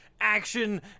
action